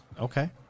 okay